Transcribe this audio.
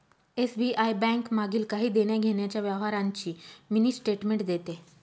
SBI bank मागील काही देण्याघेण्याच्या व्यवहारांची मिनी स्टेटमेंट देते